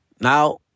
now